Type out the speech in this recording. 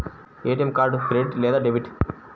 ATM card credit లేదా debit?